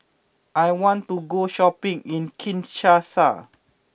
I want to go shopping in Kinshasa